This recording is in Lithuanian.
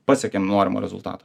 pasiekėm norimą rezultatą